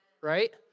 right